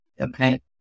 okay